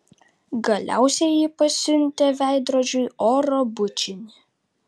galiausiai ji pasiuntė veidrodžiui oro bučinį